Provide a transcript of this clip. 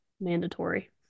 Mandatory